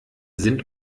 sind